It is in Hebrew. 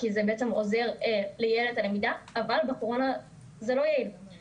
זה עוזר לילד בלמידה שלו אבל בתקופת הקורונה זה לא יעיל כי